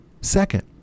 Second